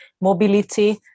mobility